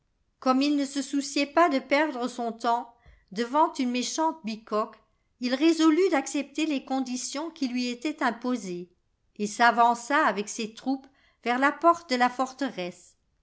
gomme il ne se souciait pas de perdre son temps devant une méchante bicoque il résolut d'accepter les conditions qui lui étaient imposées et s'avança avec ses troupes vers la porte de la